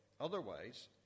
Otherwise